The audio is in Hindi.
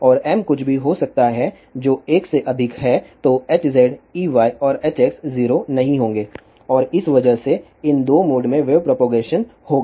और m कुछ भी हो सकता है जो 1 से अधिक है तो Hz Ey और Hx 0 नहीं होंगे और इस वजह से इन 2 मोड में वेव प्रोपगेशन होगा